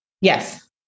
Yes